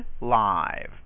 live